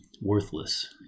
worthless